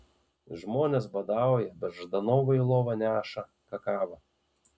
žmonės badauja bet ždanovui į lovą neša kakavą